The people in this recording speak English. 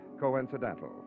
coincidental